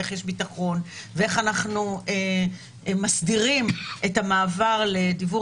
איך יש ביטחון ואיך אנחנו מסדירים את המעבר לדיוור